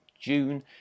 June